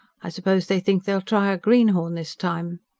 i suppose they think they'll try a greenhorn this time.